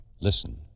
Listen